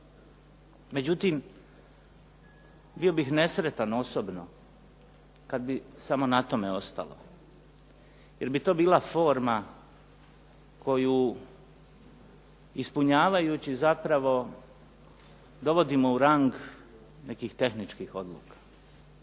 Međutim, bio bih nesretan osobno kad bi samo na tome ostalo jer bi to bila forma koju ispunjavajući zapravo dovodimo u rang nekih tehničkih odluka.